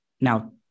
Now